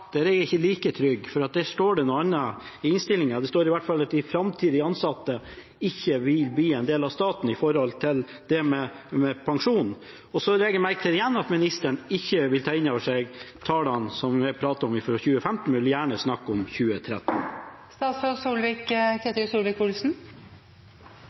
er jeg ikke like trygg, for det står noe annet i innstillinga. Det står i hvert fall at de framtidige ansatte ikke vil bli en del av statens ordninger med hensyn til pensjon. Så legger jeg merke til igjen at ministeren ikke vil ta inn over seg tallene som vi har pratet om, fra 2015, og gjerne vil snakke om